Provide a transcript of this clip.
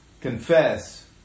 confess